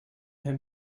him